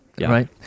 right